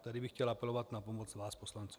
Tady bych chtěl apelovat na pomoc vás poslanců.